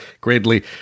greatly